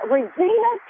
Regina